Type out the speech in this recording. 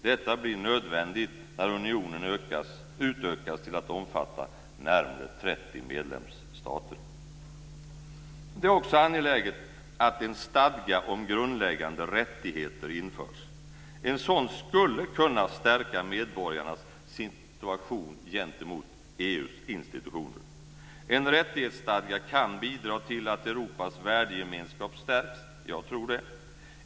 Detta blir nödvändigt när unionen utökas till att omfatta närmare 30 medlemsstater. Det är också angeläget att en stadga om grundläggande rättigheter införs. En sådan skulle kunna stärka medborgarnas situation gentemot EU:s institutioner. En rättighetsstadga kan bidra till att Europas värdegemenskap stärks. Jag tror det.